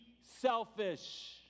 selfish